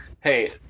hey